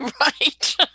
Right